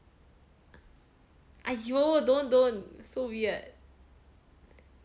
!aiyo! don't don't so weird